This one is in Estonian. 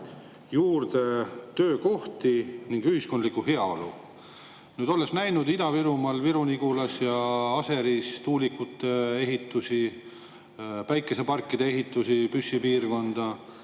juurde töökohti ning ühiskondlikku heaolu. Olles näinud Ida-Virumaal Viru-Nigulas ja Aseris tuulikute ehitust ning päikeseparkide ehitust Püssi piirkonda,